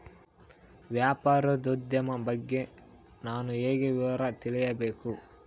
ವ್ಯಾಪಾರೋದ್ಯಮ ಬಗ್ಗೆ ನಾನು ಹೇಗೆ ವಿವರ ತಿಳಿಯಬೇಕು?